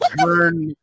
turn